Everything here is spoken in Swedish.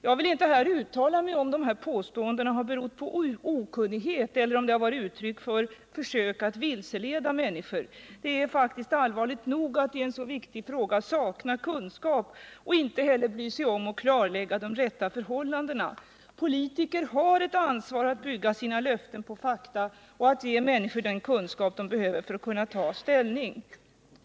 Jag vill inte här uttala mig om huruvida påståendena berott på okunnighet eller om de varit uttryck för försök att vilseleda människorna. Det är faktiskt allvarligt nog att i en så viktig fråga sakna kunskap och därtill inte bry sig om att klarlägga de rätta förhållandena. Politiker har ett ansvar när det gäller att basera sina löften på fakta och att ge människor den kunskap de behöver för att kunna ta ställning.